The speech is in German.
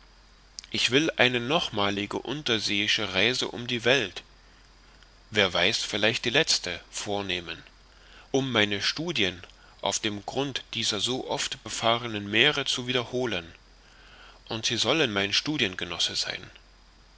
ich will eine nochmalige unterseeische reise um die welt wer weiß vielleicht die letzte vornehmen um meine studien auf dem grund dieser so oft befahrenen meere zu wiederholen und sie sollen mein studiengenosse sein